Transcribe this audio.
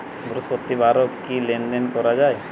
বৃহস্পতিবারেও কি লেনদেন করা যায়?